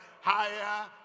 higher